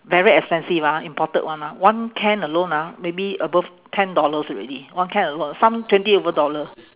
very expensive ah imported one ah one can alone ah maybe above ten dollars already one can alone some twenty over dollar